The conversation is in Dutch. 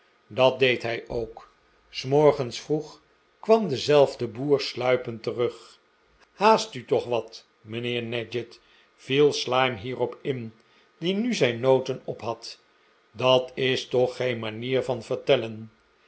dat deed hij ook s morgens vroeg kwam diezelfde boer sluipend terug n haast u toch wat mijnheer nadgett viel slyme hierop in die nu zijn noten op had dat is toch geen manier van vertellen